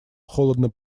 холодно